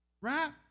Right